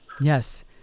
Yes